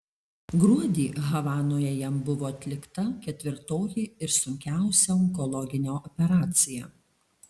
gruodį havanoje jam buvo atlikta ketvirtoji ir sunkiausia onkologinė operacija